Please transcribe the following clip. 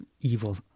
Evil